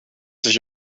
sich